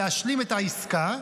להשלים את העסקה,